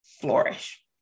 flourish